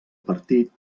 partit